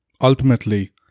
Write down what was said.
Ultimately